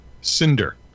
Cinder